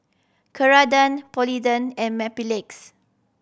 Ceradan Polident and Mepilex